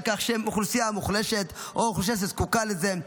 כך שהם אוכלוסייה מוחלשת או אוכלוסייה שזקוקה לזה,